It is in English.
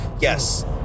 Yes